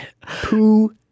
poo